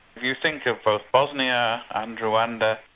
you think of both bosnia and rwanda,